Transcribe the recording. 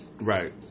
Right